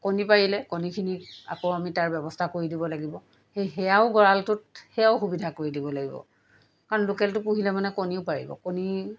কণী পাৰিলে কণীখিনিক আকৌ আমি তাৰ ব্যৱস্থা কৰি দিব লাগিব সেই সেয়াও গঁড়ালটোত সেয়াও সুবিধা কৰি দিব লাগিব কাৰণ লোকেলটো পুহিলে মানে কণীও পাৰিব কণী